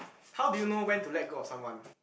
how do you know when to let go of someone